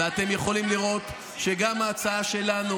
ואתם יכולים לראות שגם ההצעה שלנו